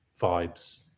vibes